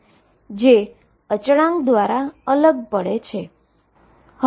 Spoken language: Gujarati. જે કોન્સટન્ટ દ્વારા અલગ પડે છે